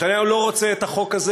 נתניהו לא רוצה את החוק הזה,